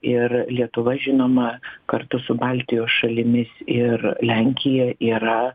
ir lietuva žinoma kartu su baltijos šalimis ir lenkija yra